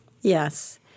Yes